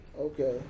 Okay